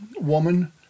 woman